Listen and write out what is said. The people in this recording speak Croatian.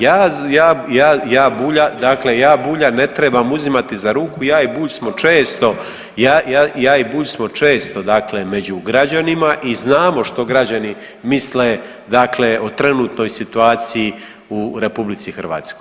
Ja Bulja, dakle ja Bulja ne trebam uzimati za ruku, ja i Bulj smo često, ja i Bulj smo često dakle među građanima i znamo što građani misle dakle o trenutnoj situaciji u RH.